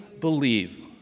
believe